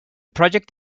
project